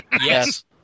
Yes